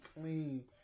clean